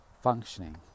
functioning